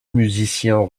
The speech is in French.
musicien